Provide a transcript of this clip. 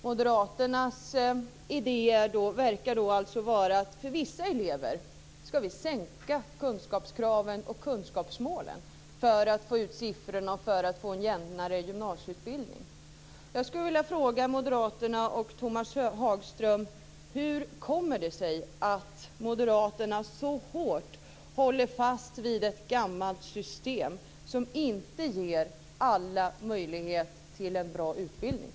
Moderaternas idé verkar vara att för vissa elever ska kunskapskraven och kunskapsmålen sänkas för att få ut några siffror och skapa en jämnare gymnasieutbildning. Högström hur det kommer sig att moderaterna så hårt håller fast vid ett gammalt system som inte ger alla möjlighet till en bra utbildning.